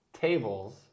tables